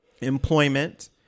employment